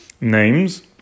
names